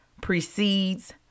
precedes